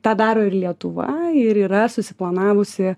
tą daro ir lietuva ir yra susiplanavusi